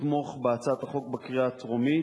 לתמוך בהצעת החוק בקריאה טרומית,